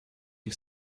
you